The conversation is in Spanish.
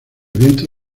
viento